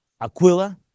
Aquila